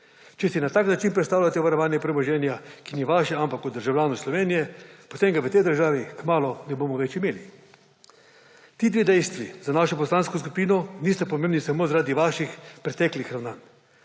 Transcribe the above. Če si na tak način predstavljate varovanje premoženja, ki ni vaše, ampak od državljanov Slovenije, potem ga v tej državi kmalu ne bomo več imeli. Ti dve dejstvi za našo poslansko skupino nista pomembni samo zaradi vaših preteklih ravnanj.